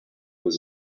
was